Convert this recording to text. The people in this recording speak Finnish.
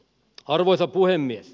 arvoisa puhemies